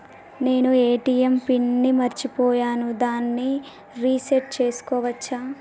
నేను ATM PIN ని మరచిపోయాను దాన్ని రీ సెట్ చేసుకోవచ్చా?